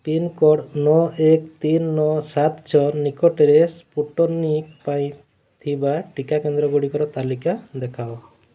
pincode ନଅ ଏକ ତିନି ନଅ ସାତ ଛଅ ନିକଟରେ ସ୍ପୁଟନିକ୍ ପାଇଁ ଥିବା ଟିକା କେନ୍ଦ୍ରଗୁଡ଼ିକର ତାଲିକା ଦେଖାଅ